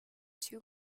two